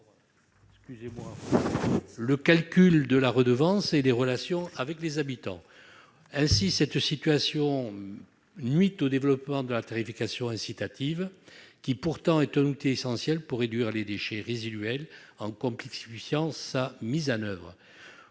le calcul de la redevance et les relations avec les habitants. Cette situation nuit au développement de la tarification incitative, qui est pourtant un outil essentiel pour réduire les déchets résiduels. Pour simplifier la mise en place